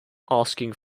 asking